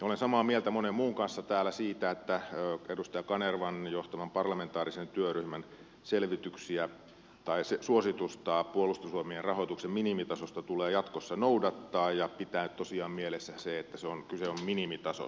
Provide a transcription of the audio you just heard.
olen samaa mieltä monen muun kanssa täällä siitä että edustaja kanervan johtaman parlamentaarisen työryhmän suositusta puolustusvoimien rahoituksen minimitasosta tulee jatkossa noudattaa ja pitää tosiaan mielessä se että kyse on minimitasosta